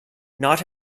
not